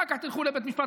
אחר כך תלכו לבית משפט.